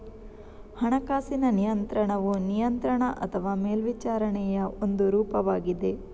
ಹಣಕಾಸಿನ ನಿಯಂತ್ರಣವು ನಿಯಂತ್ರಣ ಅಥವಾ ಮೇಲ್ವಿಚಾರಣೆಯ ಒಂದು ರೂಪವಾಗಿದೆ